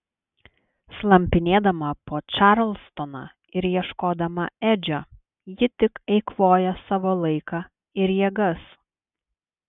slampinėdama po čarlstoną ir ieškodama edžio ji tik eikvoja savo laiką ir jėgas